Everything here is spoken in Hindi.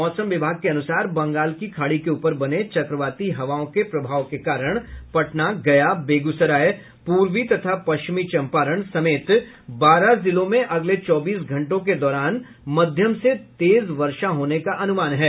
मौसम विभाग के अनुसार बंगाल की खाड़ी के ऊपर बने चक्रवाती हवाओं के प्रभाव के कारण पटना गया बेगूसराय पूर्वी तथा पश्चिमी चम्पारण समेत बारह जिलों में अगले चौबीस घंटों के दौरान मध्यम से तेज वर्षा होने का अनुमान है